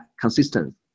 consistent